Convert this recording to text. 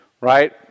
right